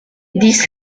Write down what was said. dix